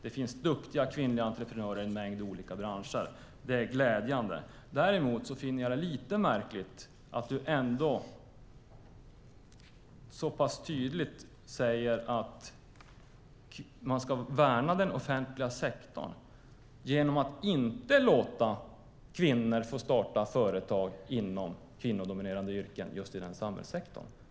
Det finns duktiga kvinnliga entreprenörer i en mängd olika branscher, och det är glädjande. Däremot finner jag det lite märkligt att du ändå så pass tydligt säger att man ska värna den offentliga sektorn genom att inte låta kvinnor starta företag inom kvinnodominerade yrken i just denna samhällssektor.